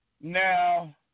Now